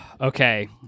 Okay